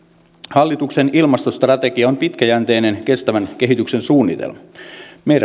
hallituksen ilmastostrategia on pitkäjänteinen kestävän kehityksen suunnitelma meidän